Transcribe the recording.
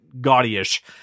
gaudy-ish